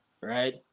right